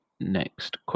next